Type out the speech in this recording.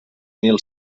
mil